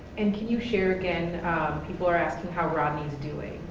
and can you share again people are asking how rodney's doing.